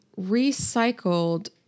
recycled